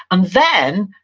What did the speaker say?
and then,